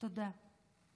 תודה.